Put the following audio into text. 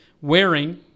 wearing